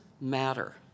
matter